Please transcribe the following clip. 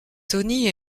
tony